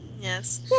Yes